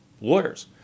lawyers